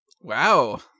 Wow